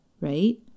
right